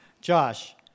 Josh